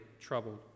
troubled